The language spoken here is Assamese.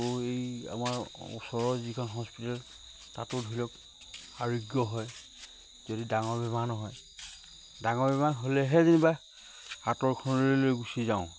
আকৌ এই আমাৰ ওচৰৰ যিখন হস্পিটেল তাতো ধৰি লওক আৰোগ্য হয় যদি ডাঙৰ বেমাৰ নহয় ডাঙৰ বেমাৰ হ'লেহে যেনিবা আঁতৰৰ খনলৈ লৈ গুচি যাওঁ